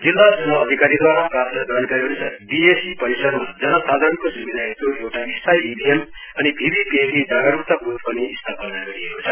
जिल्ला च्नाउ अधिकारीद्वारा प्राप्त जानकारीअन्सार डीएसी परिसरमा जनसाधारणको स्विधा हेत् एउटा स्थायी इभीएम अनि भीभीपीएटी जागरूकता ब्थ पनि स्थापना गरिएको छ